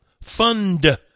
Fund